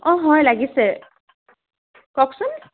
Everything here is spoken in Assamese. অঁ হয় লাগিছে কওকচোন